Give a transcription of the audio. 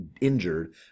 injured